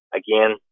again